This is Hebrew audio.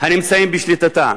הנמצאים בשליטתה,